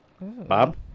Bob